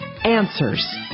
answers